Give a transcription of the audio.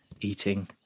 eating